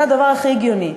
זה הדבר הכי הגיוני,